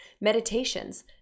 meditations